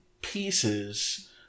pieces